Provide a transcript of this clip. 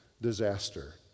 disaster